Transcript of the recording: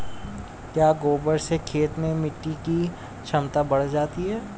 क्या गोबर से खेत में मिटी की क्षमता बढ़ जाती है?